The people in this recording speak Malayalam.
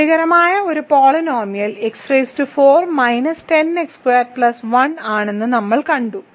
തൃപ്തികരമായ ഒരു പോളിനോമിയൽ x4 - 10x2 1 ആണെന്ന് നമ്മൾ കണ്ടു